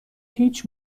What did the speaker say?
هیچ